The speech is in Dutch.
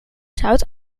zuid